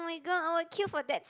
oh-my-god I would queue for that